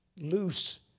loose